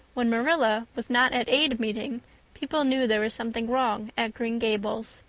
when marilla was not at aid meeting people knew there was something wrong at green gables.